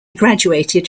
graduated